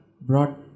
brought